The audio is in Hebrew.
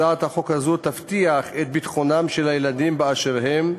הצעת החוק הזאת תבטיח את ביטחונם של הילדים באשר הם.